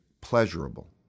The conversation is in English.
pleasurable